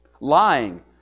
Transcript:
Lying